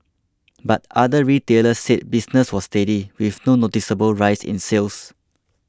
but other retailers said business was steady with no noticeable rise in sales